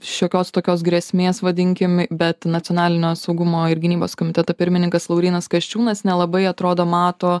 šiokios tokios grėsmės vadinkim bet nacionalinio saugumo ir gynybos komiteto pirmininkas laurynas kasčiūnas nelabai atrodo mato